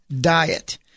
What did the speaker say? diet